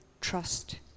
trust